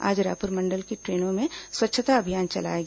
आज रायपुर मंडल की ट्रेनों में स्वच्छता अभियान चलाया गया